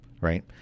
Right